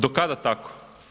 Do kada tako?